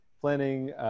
planning